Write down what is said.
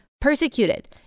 Persecuted